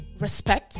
respect